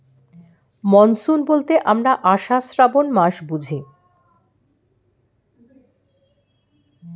monsoon বলতে আমরা আষাঢ়, শ্রাবন মাস বুঝি